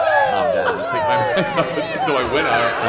calm down and take my so i went out.